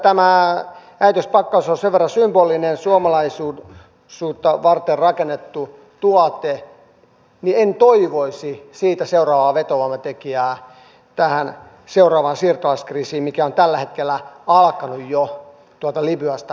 tämä äitiyspakkaus on sen verran symbolinen suomalaisuutta varten rakennettu tuote ja en toivoisi siitä seuraavaa vetovoimatekijää tähän seuraavaan siirtolaiskriisiin mikä on tällä hetkellä jo alkanut libyasta italiaan